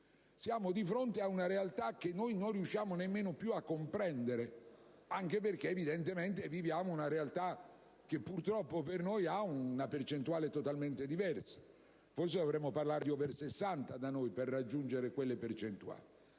Siamo di fronte a una realtà che non riusciamo nemmeno più a comprendere, anche perché evidentemente viviamo una realtà che purtroppo per noi presenta percentuali totalmente diverse: forse dovremmo parlare di *over* 60 da noi per raggiungere quelle percentuali.